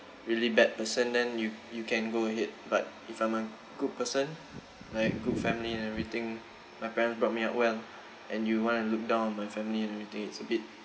really bad person then you you can go ahead but if I'm a good person like good family and everything my parents brought me up well and you want to look down on my family and everything it's a bit